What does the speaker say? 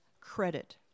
credit